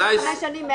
הגדילו בעוד כמה שנים.